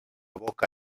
boca